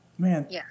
Man